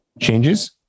changes